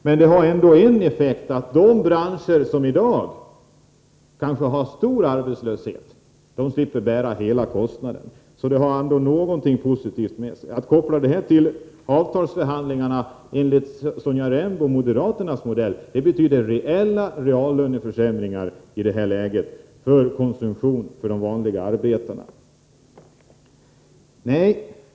Men det för något positivt med sig, och det är att de branscher som i dag kanske har stor arbetslöshet slipper bära hela kostnaden. Att koppla detta till avtalsförhandlingarna enligt Sonja Rembos och moderaternas modell betyder reella reallöneförsämringar för de vanliga arbetarna.